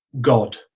God